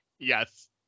Yes